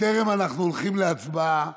בטרם אנחנו הולכים להצבעה